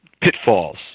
pitfalls